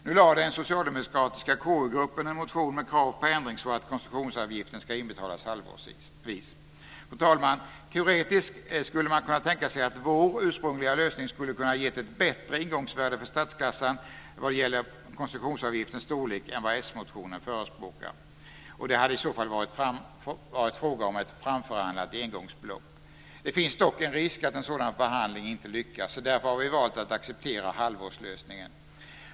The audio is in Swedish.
Nu väckte den socialdemokratiska KU-gruppen en motion med krav på ändring så att koncessionsavgiften ska inbetalas halvårsvis. Fru talman! Teoretiskt skulle man kunna tänka sig att vår ursprungliga lösning skulle kunna ge ett bättre ingångsvärde för statskassan vad gäller koncessionsavgiftens storlek än vad s-motionen förespråkar. Det hade i så fall varit fråga om ett framförhandlat engångsbelopp. Det finns dock en risk att en sådan förhandling inte lyckas. Därför har vi valt att acceptera halvårslösningen.